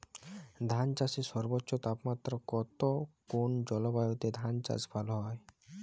ধান চাষে সর্বোচ্চ তাপমাত্রা কত কোন জলবায়ুতে ধান চাষ ভালো হয়?